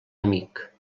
amic